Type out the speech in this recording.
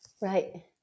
Right